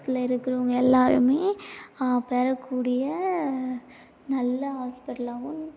பக்கத்தில் இருக்கிறவங்க எல்லோருமே பெறக்கூடிய நல்ல ஹாஸ்பிட்டலாகவும்